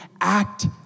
act